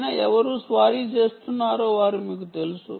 పైన ఎవరు స్వారీ చేస్తున్నారో వారు మీకు తెలుస